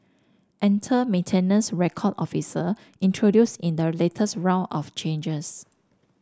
enter maintenance record officer introduced in the latest round of changes